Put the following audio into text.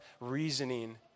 reasoning